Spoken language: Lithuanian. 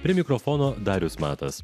prie mikrofono darius matas